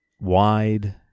wide